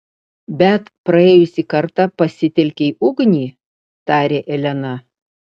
bet praėjusį kartą pasitelkei ugnį tarė elena